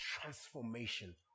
transformation